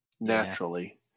naturally